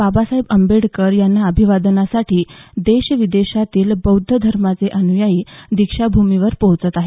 बाबासाहेब आंबेडकर यांना अभिवादनासाठी देश विदेशातील बौद्ध धर्माचे अन्यायी दीक्षाभूमीवर पोहोचत आहेत